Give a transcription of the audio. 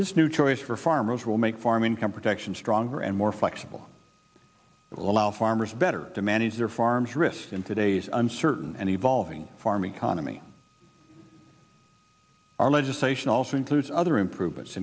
this new choice for farmers will make farm income protection stronger and more flexible allow farmers better to manage their farms risks in today's uncertain and evolving farm economy our legislation also includes other improvements